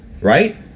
right